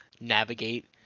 navigate